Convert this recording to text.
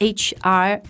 hr